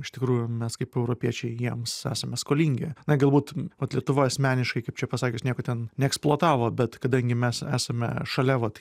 iš tikrųjų mes kaip europiečiai jiems esame skolingi ne galbūt vat lietuva asmeniškai kaip čia pasakius nieko ten neeksploatavo bet kadangi mes esame šalia vat